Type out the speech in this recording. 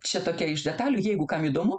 čia tokia iš detalių jeigu kam įdomu